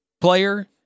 player